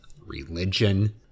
religion